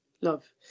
love